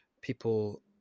people